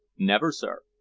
never, sir.